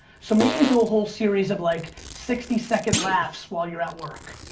so maybe you do a whole series of like, sixty second laughs while you're at work.